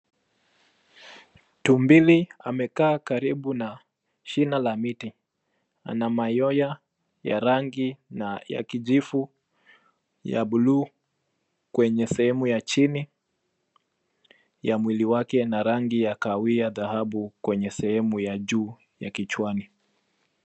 Tumbili amekaa karibu na shina la miti ana manyoya ya rangi na ya kijivu ya bluu kwenye sehemu ya chini ya mwili wake ina rangi ya kahawia dhahabu kwenye sehemu ya juu ya kichwani.